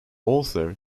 author